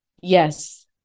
yes